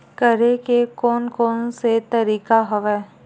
करे के कोन कोन से तरीका हवय?